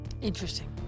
Interesting